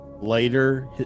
later